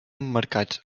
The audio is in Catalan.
emmarcats